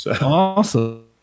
Awesome